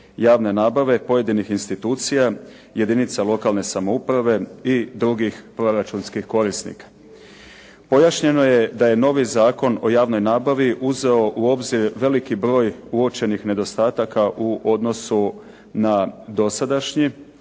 javne nabave, pojedinih institucija, jedinica lokalne samouprave i drugih proračunskih korisnika. Pojašnjeno je da je novi Zakon o javnoj nabavi uzeo u obzir veliki broj uočenih nedostataka u odnosu na dosadašnji,